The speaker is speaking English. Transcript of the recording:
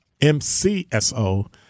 MCSO